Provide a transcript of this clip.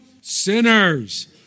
sinners